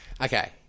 Okay